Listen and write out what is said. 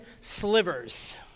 slivers